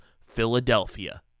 Philadelphia